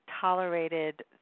tolerated